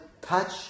touch